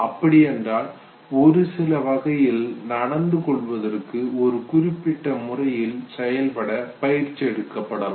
அப்படி என்றால் ஒரு சில வகையில் நடந்து கொள்வதற்கு ஒரு குறிப்பிட்ட முறையில் செயல்பட பயிற்சி எடுக்கப்படலாம்